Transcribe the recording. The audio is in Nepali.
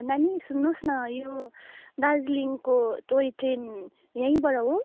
नानी सुन्नुहोस् न यो दार्जिलिङको टोइ ट्रेन यहीँबाट हो